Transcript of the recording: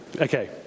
Okay